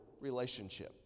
relationship